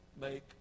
make